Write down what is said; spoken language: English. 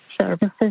services